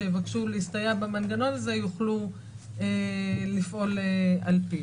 שיבקשו להסתייע במנגנון הזה יוכלו לפעול על פיו.